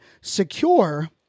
secure